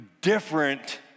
different